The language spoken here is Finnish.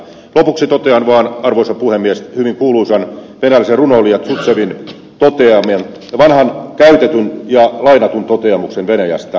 lopuksi totean vaan arvoisa puhemies hyvin kuuluisan venäläisen runoilijan tjuttsevin vanhan käytetyn ja lainatun toteamuksen venäjästä